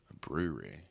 brewery